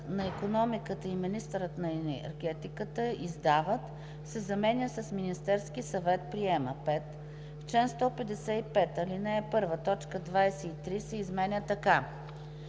на икономиката и министърът на енергетиката издават“ се заменят с „Министерският съвет приема“. 5. В чл. 155, ал. 1, т. 23 се изменя така: